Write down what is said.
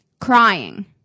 crying